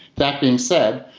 that being said,